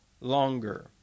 longer